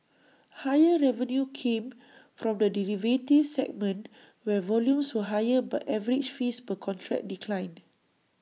higher revenue came from the derivatives segment where volumes were higher but average fees per contract declined